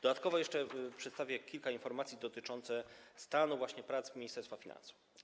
Dodatkowo jeszcze przedstawię kilka informacji dotyczących stanu prac Ministerstwa Finansów.